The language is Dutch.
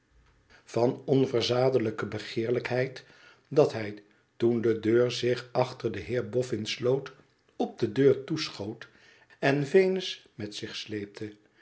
van onverzadelijke begeerlijkheid dat hij toen de deur zich achter den heer boffin sloot op de deur toeschoot en venus met zich sleepte